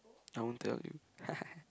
I won't tell you